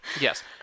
Yes